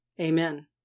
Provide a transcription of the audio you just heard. Amen